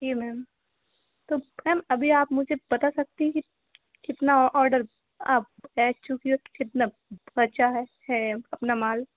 जी ma'am तो ma'am अभी आप मुझे बता सकती हैं कि कितना ओर्डर आप बेच चुकी हो कितना बचा है अपना माल